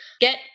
get